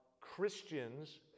Christians